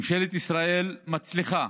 ממשלת ישראל מצליחה